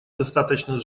достаточно